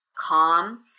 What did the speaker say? calm